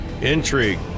intrigue